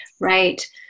right